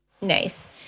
Nice